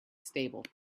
stable